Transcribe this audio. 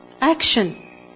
action